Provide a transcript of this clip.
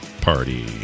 party